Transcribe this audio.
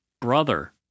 brother